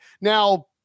Now